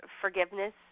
forgiveness